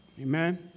Amen